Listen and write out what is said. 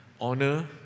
honor